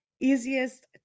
easiest